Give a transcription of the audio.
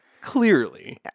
clearly